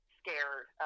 scared